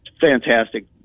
fantastic